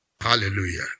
Hallelujah